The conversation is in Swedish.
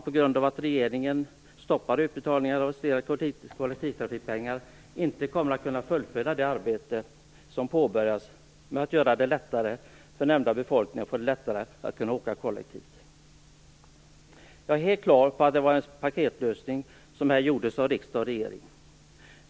På grund av att regeringen stoppar utbetalningarna av kollektivtrafikpengar kommer man inte att kunna fullfölja det arbete som påbörjats med att göra det lättare för befolkningen i nämnda region att åka kollektivt. Jag är helt på det klara med att det var en paketlösning som nåddes av riksdag och regering.